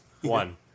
One